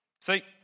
See